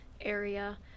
area